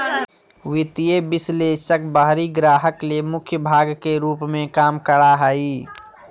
वित्तीय विश्लेषक बाहरी ग्राहक ले मुख्य भाग के रूप में काम करा हइ